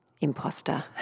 imposter